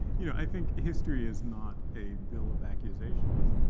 yeah think history is not a bill of accusations.